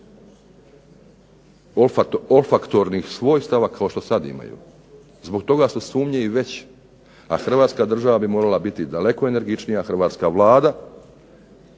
olfaktornih svojstava kao što sad imaju. Zbog toga su sumnje i veće, a Hrvatska država bi morala biti daleko energičnija, hrvatska Vlada